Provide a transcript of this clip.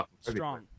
strong